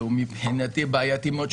שמבחינתי הוא בעייתי מאוד,